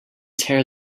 tear